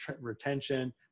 retention